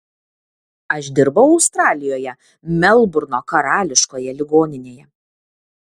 aš dirbau australijoje melburno karališkoje ligoninėje